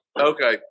okay